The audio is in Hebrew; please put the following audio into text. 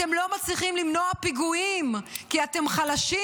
אתם לא מצליחים למנוע פיגועים כי אתם חלשים,